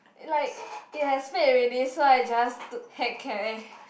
like it has fade already so I just heck care